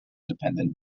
dependent